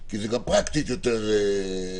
מקבלים את האישור שלו,